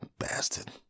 bastard